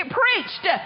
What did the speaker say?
preached